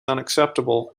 unacceptable